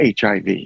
hiv